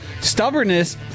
Stubbornness